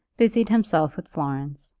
busied himself with florence,